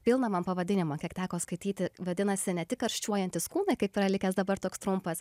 pilną man pavadinimą kiek teko skaityti vadinasi ne tik karščiuojantys kūnai kaip yra likęs dabar toks trumpas